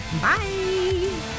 Bye